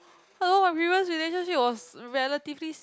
I know my previous relationship was relatively